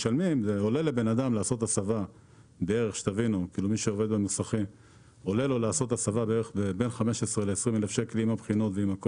לבן אדם לעשות הסבה עצמית שלו עולה בין 15 ל-20 אלף שקלים עם הבחינות.